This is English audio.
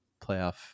playoff